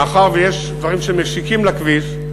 מאחר שיש דברים שמשיקים לכביש,